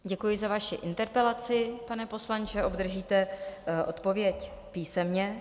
Děkuji za vaši interpelaci, pane poslanče, obdržíte odpověď písemně.